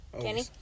Kenny